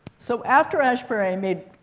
so after ashbery, i made